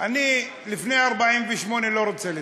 אני על לפני 1948 לא רוצה לדבר.